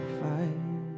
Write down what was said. fight